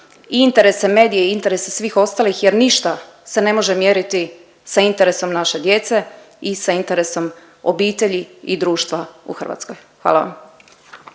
i interese medija i interese svih ostalih jer ništa se ne može mjeriti sa interesom naše djece i sa interesom obitelji i društva u Hrvatskoj. Hvala vam.